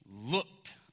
looked